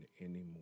anymore